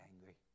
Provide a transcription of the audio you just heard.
angry